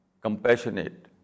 compassionate